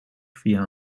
via